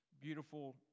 beautiful